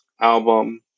album